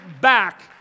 back